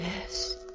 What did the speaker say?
yes